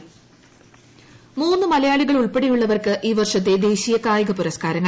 പുരസ്കാരം മൂന്ന് മലയാളികൾ ഉൾപ്പെടെയുള്ളവർക്ക് ഈ വർഷത്തെ ദേശീയ കായിക പുരസ്കാരങ്ങൾ